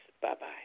bye-bye